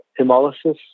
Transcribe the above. hemolysis